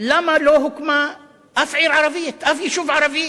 למה לא הוקמה אף עיר ערבית, אף יישוב ערבי,